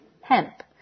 hemp